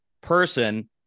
person